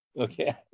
okay